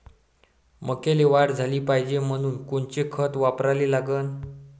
मक्याले वाढ झाली पाहिजे म्हनून कोनचे खतं वापराले लागन?